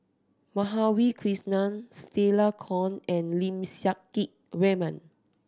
Madhavi Krishnan Stella Kon and Lim Siang Keat Raymond